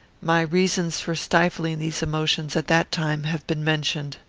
my reasons for stifling these emotions, at that time, have been mentioned.